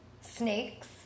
snakes